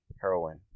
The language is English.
heroin